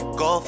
go